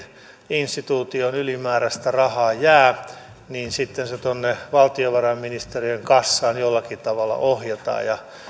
instituutioon ylimääräistä rahaa jää niin sitten se tuonne valtiovarainministeriön kassaan jollakin tavalla ohjataan